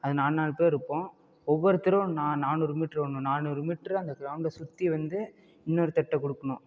அது நாலு நாலு பேர் இருப்போம் ஒவ்வொருத்தரும் நா நானூறு மீட்ரு ஓடணும் நானூறு மீட்ரு அந்த க்ரௌண்டை சுற்றி வந்து இன்னொருத்தர்கிட்ட குடுக்கணும்